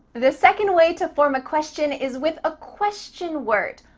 the second way to form a question is with a question word.